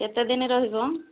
କେତେଦିନ ରହିବ